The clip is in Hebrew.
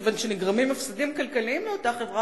כיוון שנגרמים הפסדים כלכליים לאותה חברה.